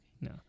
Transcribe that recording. No